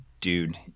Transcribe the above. dude